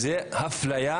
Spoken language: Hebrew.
זו אפליה,